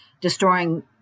destroying